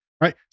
Right